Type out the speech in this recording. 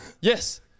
Yes